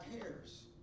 cares